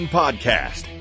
podcast